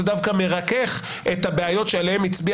זה דווקא מרכך את הבעיות שעליהן הצביע